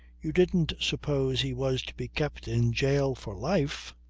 you didn't suppose he was to be kept in jail for life?